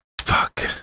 fuck